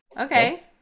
Okay